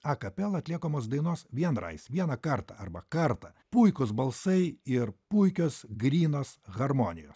a cappella atliekamos dainos vienrais vieną kartą arba kartą puikūs balsai ir puikios grynos harmonijos